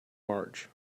march